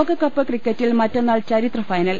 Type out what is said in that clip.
ലോകകപ്പ് ക്രിക്കറ്റിൽ മറ്റന്നാൾ ചരിത്ര ഫൈനൽ